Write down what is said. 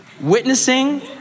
Witnessing